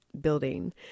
building